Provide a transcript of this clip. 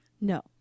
no